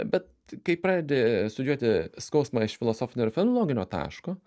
bet kai pradedi studijuoti skausmą iš filosofinio ir fenologinio taško